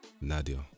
Nadia